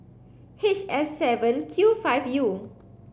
H S seven Q five U